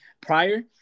prior